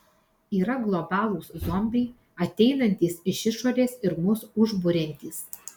yra globalūs zombiai ateinantys iš išorės ir mus užburiantys